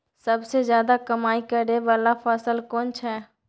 सबसे ज्यादा कमाई करै वाला फसल कोन छै?